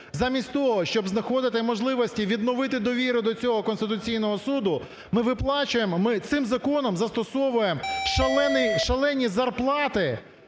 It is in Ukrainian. Замість того, щоб знаходити можливості відновити довіру до цього Конституційного Суду, ми виплачуємо, ми цим законом застосовуємо шалені зарплати